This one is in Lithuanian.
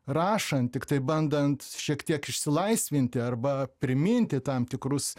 rašant tiktai bandant šiek tiek išsilaisvinti arba priminti tam tikrus